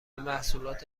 محصولات